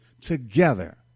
together